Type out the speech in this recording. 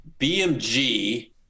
bmg